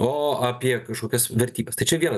o apie kažkokias vertybes tai čia vienas